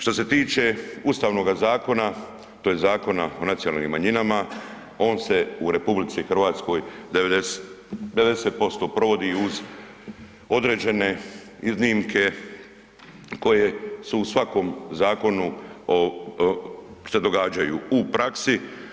Što se tiče Ustavnoga zakona, tj. Zakona o nacionalnim manjinama, on se u RH 90% provodi uz određene iznimke koje su u svakom zakonu se događaju u praksi.